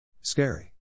Scary